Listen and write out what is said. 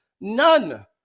none